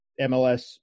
MLS